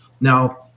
now